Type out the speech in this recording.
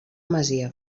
masia